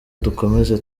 dukomeze